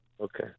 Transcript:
okay